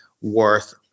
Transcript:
worth